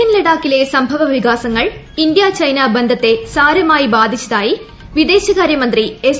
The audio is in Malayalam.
കിഴക്കൻ ലഡാക്കില്പ്രെ സ്ംഭവവികാസങ്ങൾ ഇന്ത്യ ചൈന ന് ബന്ധത്തെ സാരമായി ബ്ാധിച്ചതായി വിദേശകാരൃമന്ത്രി എസ്